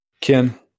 Ken